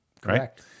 correct